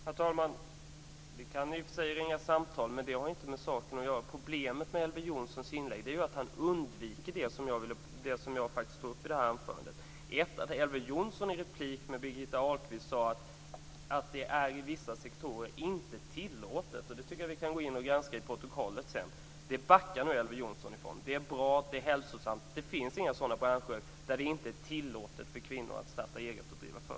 Herr talman! Vi kan i och för sig ringa samtal, men det har inte med saken att göra. Problemet med Elver Jonssons inlägg är att han undviker det som jag faktiskt tog upp i anförandet. Elver Jonsson sade i replik med Birgitta Ahlqvist att det i vissa sektorer inte är tillåtet. Det kan vi sedan granska i protokollet. Nu backar Elver Jonsson. Det är bra och det är hälsosamt - det finns inga branscher där det inte är tillåtet för kvinnor att starta eget.